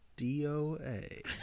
D-O-A